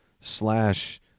slash